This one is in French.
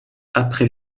après